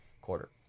quarter